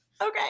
Okay